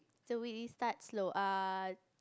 so we did start slow err